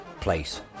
place